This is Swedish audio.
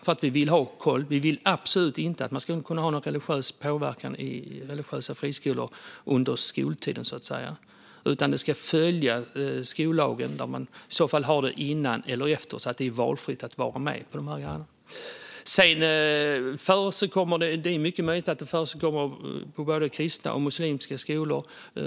Vi vill nämligen ha koll. Vi vill absolut inte att det ska kunna ske någon religiös påverkan i religiösa friskolor under skoltid, utan skollagen ska följas. I så fall ska det ske innan eller efter så att det är valfritt att vara med. Det är mycket möjligt att det här förekommer på både kristna och muslimska skolor.